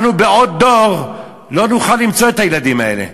אנחנו בעוד דור לא נוכל למצוא את הילדים האלה.